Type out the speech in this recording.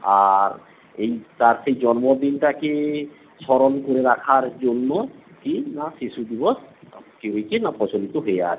আর এই তার সেই জন্মদিনটাকে স্মরণ করে রাখার জন্য কী না শিশু দিবস কী হয়েছে না প্রচলিত হয়ে আছে